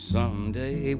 Someday